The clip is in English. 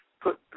put